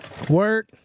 Work